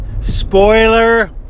Spoiler